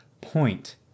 point